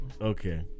Okay